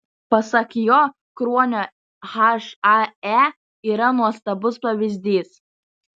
pasak jo kruonio hae yra nuostabus pavyzdys